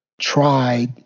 tried